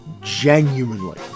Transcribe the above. Genuinely